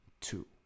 two